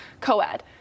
co-ed